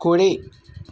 కుడి